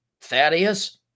Thaddeus